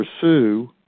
pursue